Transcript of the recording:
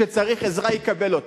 שצריך עזרה, יקבל אותה.